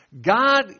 God